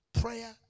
Prayer